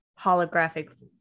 holographic